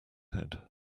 head